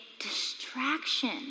distraction